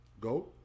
Go